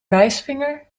wijsvinger